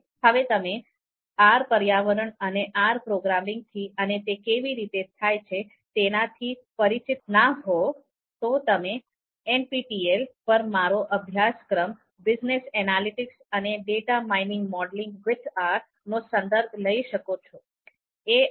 હવે જો તમે R પર્યાવરણ અને R પ્રોગ્રામિંગથી અને તે કેવી રીતે થાય છે તે ના થી પરિચિત ન હો તો તમે એનપીટીઇએલ પર મારો અભ્યાસક્રમ 'બિઝનેસ એનાલિટિક્સ અને data mining modelling with R' નો સંદર્ભ લઈ શકો છો